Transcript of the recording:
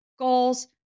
goals